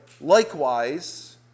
likewise